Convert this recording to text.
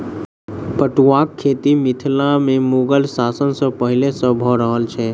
पटुआक खेती मिथिला मे मुगल शासन सॅ पहिले सॅ भ रहल छै